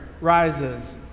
rises